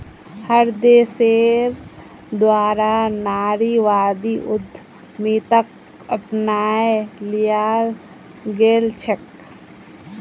हर देशेर द्वारा नारीवादी उद्यमिताक अपनाए लियाल गेलछेक